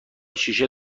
شیشه